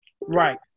right